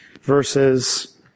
verses